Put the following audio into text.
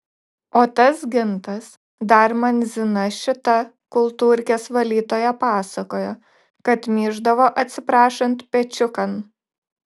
o tas gintas dar man zina šita kultūrkės valytoja pasakojo kad myždavo atsiprašant pečiukan